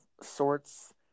Sorts